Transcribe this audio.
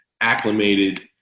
acclimated